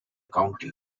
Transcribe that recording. county